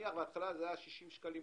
נניח בהתחלה זה היה 60 שקלים,